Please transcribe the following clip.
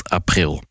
april